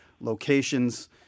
locations